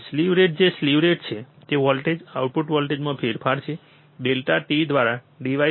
slew rate જે slew rate છે તે વોલ્ટેજ આઉટપુટ વોલ્ટેજમાં ફેરફાર છે ડેલ્ટા t દ્વારા ડિવાઇડ